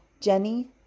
Jenny